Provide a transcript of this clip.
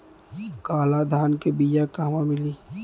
काला धान क बिया कहवा मिली?